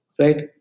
Right